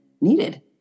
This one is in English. needed